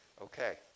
Okay